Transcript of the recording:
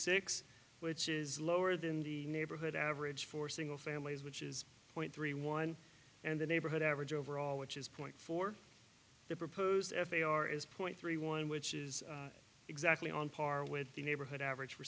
six which is lower than the neighborhood average for single families which is point three one and the neighborhood average overall which is point four the proposed f a r is point three one which is exactly on par with the neighborhood average